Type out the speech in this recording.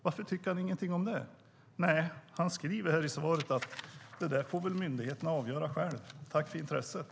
Varför tycker han ingenting om det? Nej, han skriver i svaret att myndigheterna får avgöra själva. Tack för intresset!